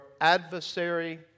adversary